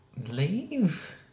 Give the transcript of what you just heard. leave